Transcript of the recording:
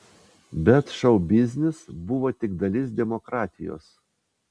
bet šou biznis buvo tik dalis demokratijos